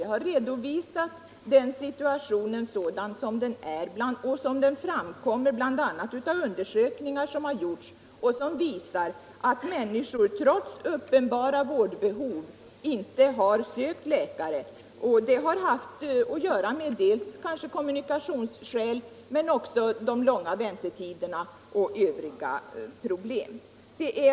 Jag har redovisat situationen sådan som den är och som den framstår enligt de undersökningar som har gjorts, undersökningar som visar att människor trots uppenbara vårdbehov inte har sökt läkare, vilket har haft att göra med kommunikationsproblem men också med de långa väntetiderna och övriga problem.